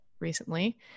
recently